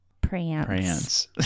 prance